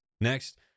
next